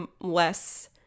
less